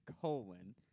colon